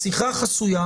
שיחה חסויה